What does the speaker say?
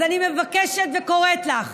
אז אני מבקשת וקוראת לך: